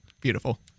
beautiful